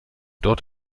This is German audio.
dort